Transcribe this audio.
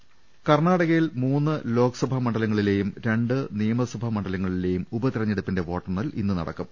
ദർവ്വട്ടെഴ കർണാടകയിൽ മൂന്ന് ലോക്സഭ മണ്ഡലങ്ങളിലെയും രണ്ട് നിയമസഭ മണ്ഡലങ്ങളിലെയും ഉപതെരഞ്ഞെടുപ്പിൻെറ വോട്ടെണ്ണൽ ഇന്ന് നടക്കും